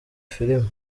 filimi